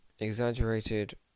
Exaggerated